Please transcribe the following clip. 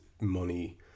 money